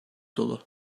dolu